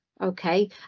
okay